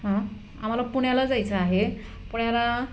हं आम्हाला पुण्याला जायचं आहे पुण्याला